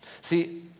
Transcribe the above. See